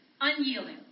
unyielding